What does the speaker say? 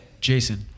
Jason